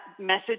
message